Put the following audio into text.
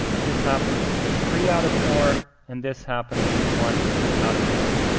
and this happens three out of four, and this happens one out of four.